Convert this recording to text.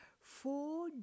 four